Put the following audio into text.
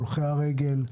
הולכי הרגל,